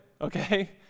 okay